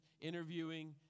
interviewing